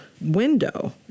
window